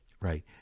Right